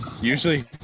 Usually